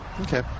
Okay